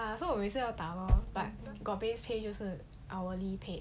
ya so 我每次要打 lor but got base pay 就是 hourly paid